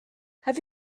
have